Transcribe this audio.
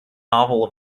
novel